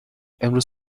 امروز